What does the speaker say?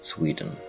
Sweden